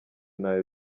ntawe